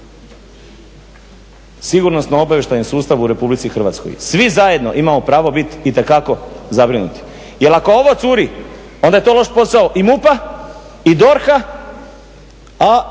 sigurnosno-obavještajni sustav u Republici Hrvatskoj, i svi zajedno imamo pravo biti itekako zabrinuti, jer ako ovo curi, onda je to loš posao i MUP-a i DORH-a, a